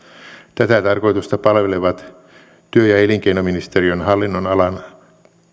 tätä tarkoitusta palvelevat työ ja elinkeinoministeriön hallinnonalan